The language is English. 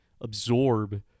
absorb